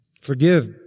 Forgive